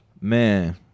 man